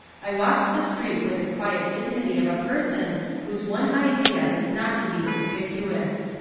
i walked the street with the quiet dignity of a person whose one idea is not to be conspicuous.